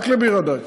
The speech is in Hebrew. רק לביר-הדאג'.